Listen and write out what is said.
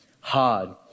hard